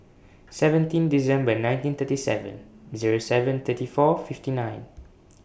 seventeen December nineteen thirty seven Zero seven thirty four fifty nine